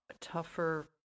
tougher